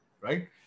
Right